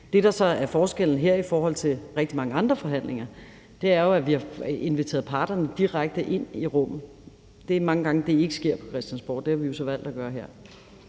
Det, der så er forskellen her i forhold til rigtig mange andre forhandlinger, er jo, at vi har inviteret parterne direkte ind i rummet. Der er mange gange, det ikke sker på Christiansborg, men det har vi jo så valgt at gøre her.